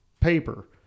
paper